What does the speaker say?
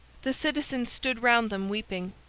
the citizens stood round them weeping.